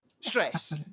stress